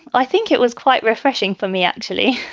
i think it was quite refreshing for me, actually.